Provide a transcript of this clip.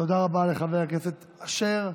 תודה רבה לחבר הכנסת אשר.